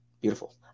Beautiful